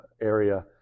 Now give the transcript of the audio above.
area